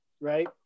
right